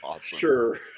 sure